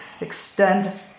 extend